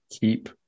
keep